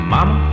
Mama